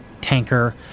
tanker